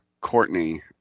Courtney